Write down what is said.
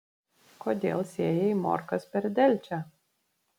kodėl sėjai morkas per delčią